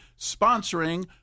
sponsoring